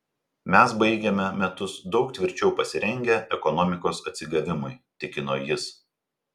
mes baigiame metus daug tvirčiau pasirengę ekonomikos atsigavimui tikino jis